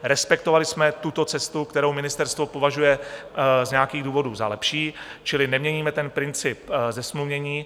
Respektovali jsme tuto cestu, kterou ministerstvo považuje z nějakých důvodů za lepší, čili neměníme princip zesmluvnění.